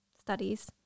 studies